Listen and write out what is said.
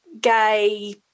gay